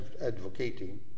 advocating